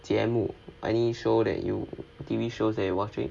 节目 any show that you T_V shows that you watching